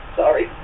sorry